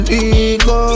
ego